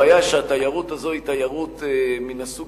הבעיה היא שהתיירות הזאת היא מן הסוג